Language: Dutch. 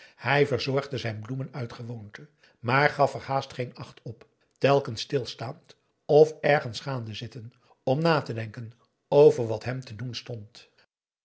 hij verzorgde zijn bloemen uit gewoonte maar gaf er haast geen acht op telkens stilstaand of ergens gaande zitten om na te denken over wat hem te doen stond